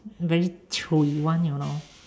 very 脆 one you know